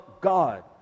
God